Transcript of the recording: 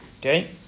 Okay